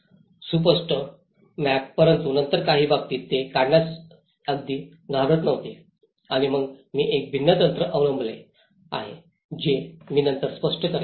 सुस्पष्ट मॅप परंतु नंतर काही बाबतींत ते काढण्यास अगदी घाबरत नव्हते आणि मग मी एक भिन्न तंत्र अवलंबले आहे जे मी नंतर स्पष्ट करीन